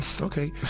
Okay